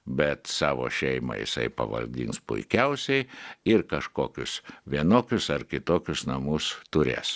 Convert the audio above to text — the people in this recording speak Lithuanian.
bet savo šeimą jisai pavalgyns puikiausiai ir kažkokius vienokius ar kitokius namus turės